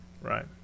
Right